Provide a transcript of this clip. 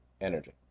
energy